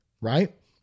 right